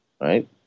right